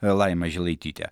laima žilaityte